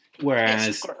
Whereas